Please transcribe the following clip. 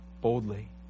boldly